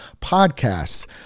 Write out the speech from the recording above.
podcasts